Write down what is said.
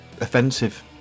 Offensive